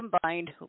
combined